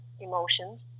emotions